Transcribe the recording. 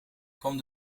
kwam